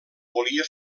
volia